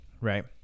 Right